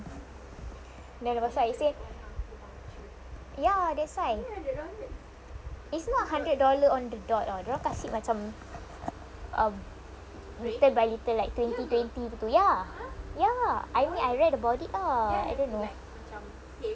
then lepas tu I say ya that's why it's not hundred dollar on the dot [tau] dorang kasi macam little by little like twenty twenty gitu ya ya I mean I read about it lah I don't know